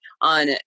on